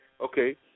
okay